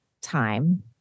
time